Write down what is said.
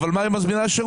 אבל מה עם מזמיני השירות?